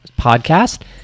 podcast